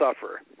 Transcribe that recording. suffer